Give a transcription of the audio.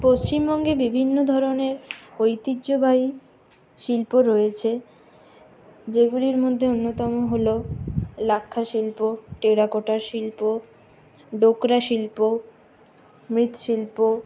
পশ্চিমবঙ্গে বিভিন্নধরনের ঐতিহ্যবাহী শিল্প রয়েছে যেগুলির মধ্যে অন্যতম হল লাক্ষা শিল্প টেরাকোটার শিল্প ডোকরা শিল্প মৃৎশিল্প